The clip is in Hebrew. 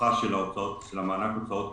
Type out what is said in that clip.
ההארכה של מענק הוצאות קבועות,